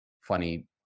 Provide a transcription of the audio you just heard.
funny